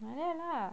like that lah